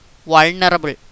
vulnerable